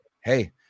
hey